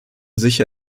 sicher